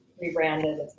rebranded